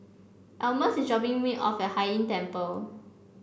Almus is dropping me off Hai Inn Temple